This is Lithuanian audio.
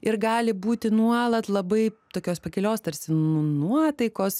ir gali būti nuolat labai tokios pakilios tarsi nuotaikos